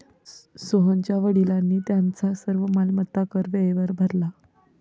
सोहनच्या वडिलांनी त्यांचा सर्व मालमत्ता कर वेळेवर भरला